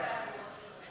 לא מדובר על דירות, ברובן.